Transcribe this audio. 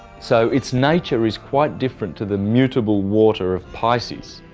so it's nature is quiet different to the mutable water of pisces.